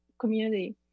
community